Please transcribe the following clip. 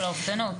של אובדנות.